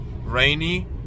rainy